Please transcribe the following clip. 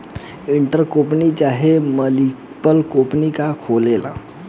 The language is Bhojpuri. इंटर क्रोपिंग चाहे मल्टीपल क्रोपिंग का होखेला?